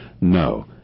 No